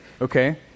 Okay